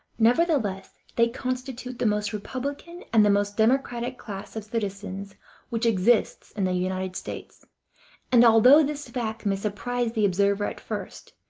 nevertheless they constitute the most republican and the most democratic class of citizens which exists in the united states and although this fact may surprise the observer at first,